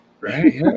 right